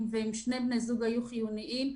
בנוגע לבני זוג שעבדו בעבודות חיוניות.